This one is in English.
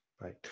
Right